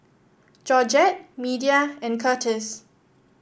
Georgette Media and Curtis